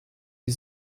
die